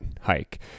hike